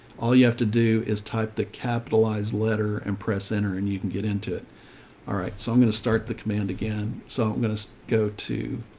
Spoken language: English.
all you have to do is type the capitalized letter and press enter, and you can get into it. all right. so i'm going to start the command again. so i'm going to go to